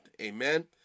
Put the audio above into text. amen